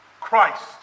Christ